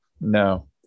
No